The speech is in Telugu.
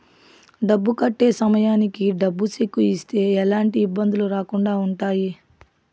డబ్బు కట్టే సమయానికి డబ్బు సెక్కు ఇస్తే ఎలాంటి ఇబ్బందులు రాకుండా ఉంటాయి